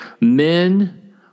men